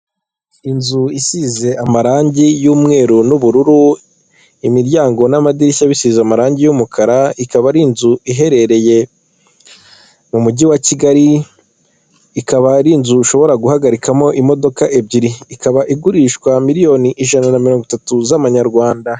Inzu isize amarangi y'umweru n'ubururu, imiryango n'amadirishya bisize amarangi y'umukara, ikaba ari inzu iherereye mu mujyi wa Kigali, ikaba ari inzu ushobora guhagarikamo imodoka ebyiri ikaba igurishwa miliyoni ijana na mirongo itatu z'amanyarwanda.